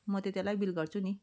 म त्यति बेलै बिल गर्छु नि